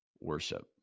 worship